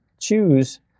choose